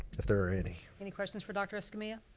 if there are any. any questions for dr. escamilla?